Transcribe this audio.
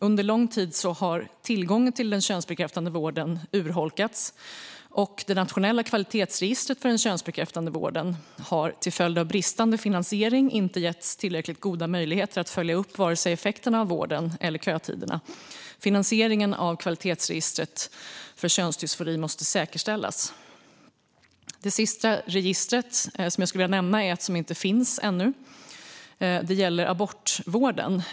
Under lång tid har tillgången till den könsbekräftande vården urholkats, och det nationella kvalitetsregistret för den könsbekräftande vården har till följd av bristande finansiering inte getts tillräckligt goda möjligheter att följa upp vare sig effekterna av vården eller kötiderna. Finansieringen av kvalitetsregistret för könsdysfori måste säkerställas. Det sista registret jag skulle vilja nämna är ett som inte finns ännu. Det gäller abortvården.